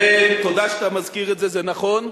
זה, תודה שאתה מזכיר את זה, זה נכון.